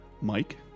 Mike